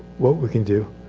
what we can do.